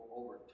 over